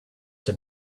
have